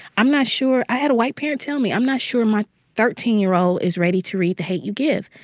i'm not sure i had a white parent tell me, i'm not sure my thirteen year old is ready to read the hate u give.